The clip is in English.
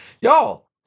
y'all